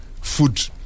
food